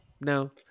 No